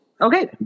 Okay